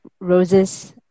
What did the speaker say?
Rose's